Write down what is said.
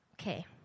okay